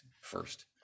first